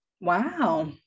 Wow